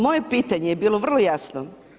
Moje pitanje je bilo vrlo jasno.